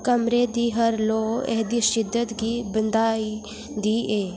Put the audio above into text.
कमरे दी हर लोऽ एह्दी शिद्दत गी बधांदी दी ऐ